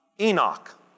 Enoch